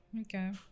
okay